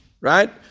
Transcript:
right